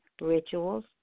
rituals